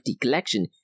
collection